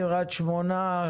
קריית שמונה,